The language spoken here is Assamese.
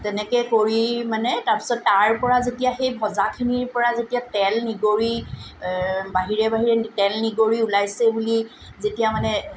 তেনেকৈ কৰি মানে তাৰপৰা যেতিয়া সেই ভজাখিনিৰ পৰা যেতিয়া তেল নিগৰি বাহিৰে বাহিৰে তেল নিগৰি ওলাইছে বুলি যেতিয়া মানে